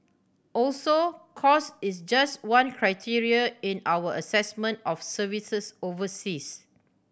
also cost is just one criteria in our assessment of services overseas